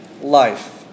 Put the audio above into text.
life